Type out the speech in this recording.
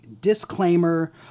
disclaimer